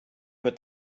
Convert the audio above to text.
wird